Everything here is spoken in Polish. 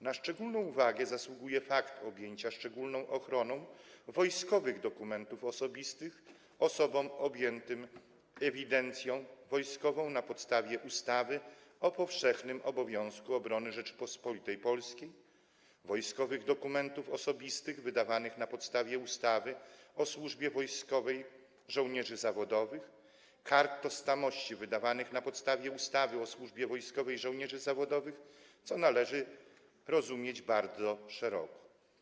Na szczególną uwagę zasługuje fakt objęcia szczególną ochroną wojskowych dokumentów osobistych osób objętych ewidencją wojskową na podstawie ustawy o powszechnym obowiązku obrony Rzeczypospolitej Polskiej, wojskowych dokumentów osobistych wydawanych na podstawie ustawy o służbie wojskowej żołnierzy zawodowych i kart tożsamości wydawanych na podstawie ustawy o służbie wojskowej żołnierzy zawodowych, co należy rozumieć bardzo szeroko.